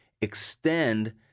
extend